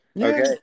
okay